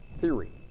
theory